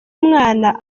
umwana